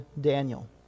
Daniel